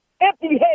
Empty-head